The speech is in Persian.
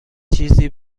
چیزی